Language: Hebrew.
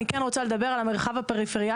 אני כן רוצה לדבר על המרחב הפריפריאלי,